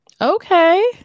Okay